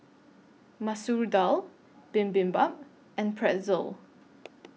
Masoor Dal Bibimbap and Pretzel